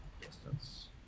distance